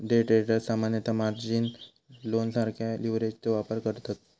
day traders सामान्यतः margin लोनसारख्या लीव्हरेजचो वापर करतत